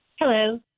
Hello